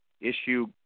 issue